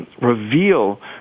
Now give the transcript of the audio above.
reveal